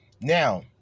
Now